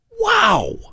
Wow